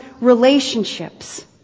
relationships